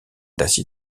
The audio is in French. d’acier